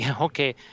okay